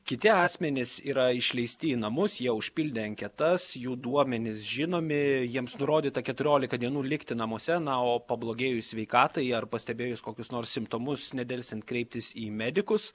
kiti asmenys yra išleisti į namus jie užpildė anketas jų duomenys žinomi jiems nurodyta keturiolika dienų likti namuose na o pablogėjus sveikatai ar pastebėjus kokius nors simptomus nedelsiant kreiptis į medikus